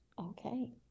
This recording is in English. Okay